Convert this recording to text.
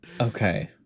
Okay